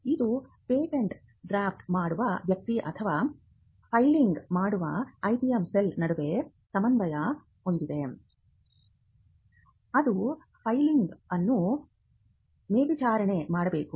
ಇದು patent draft ಮಾಡುವ ವ್ಯಕ್ತಿ ಮತ್ತು ಫೈಲಿಂಗ್ ಮಾಡುವ ಐಪಿಎಂ ಸೆಲ್ ನಡುವೆ ಸಮನ್ವಯ ಹೊಂದಿದೆ ಅದು ಫೈಲಿಂಗ್ ಅನ್ನು ಮೇಲ್ವಿಚಾರಣೆ ಮಾಡಬೇಕು